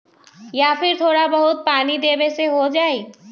या फिर थोड़ा बहुत पानी देबे से हो जाइ?